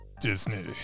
Disney